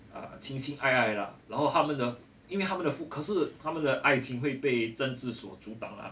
err 情情爱爱啦然后他们的因为他们的父可是他们的爱情会被政治所阻挡啦